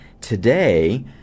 today